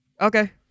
Okay